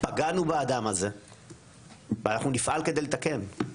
פגענו באדם הזה ואנחנו נפעל כדי לתקן.